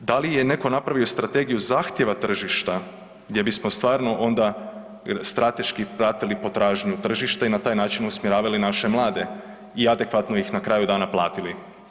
3. da li je netko napravio strategiju zahtjeva tržišta gdje bismo stvarno onda strateški pratili potražnju tržišta i na taj način usmjeravali naše mlade i adekvatno ih na kraju dana platili.